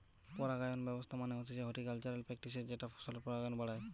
পরাগায়ন ব্যবস্থা মানে হতিছে হর্টিকালচারাল প্র্যাকটিসের যেটা ফসলের পরাগায়ন বাড়ায়